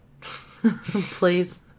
Please